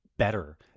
better